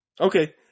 okay